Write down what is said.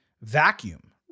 vacuum